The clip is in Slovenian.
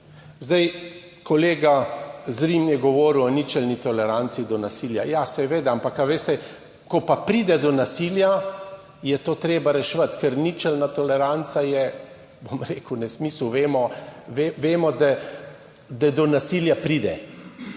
Kolega Zrim je govoril o ničelni toleranci do nasilja. Ja, seveda, ampak, a veste, ko pa pride do nasilja, je to treba reševati, ker ničelna toleranca je, bom rekel, nesmisel. Vemo, da do nasilja pride.